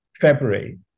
February